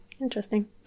interesting